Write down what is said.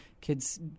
kids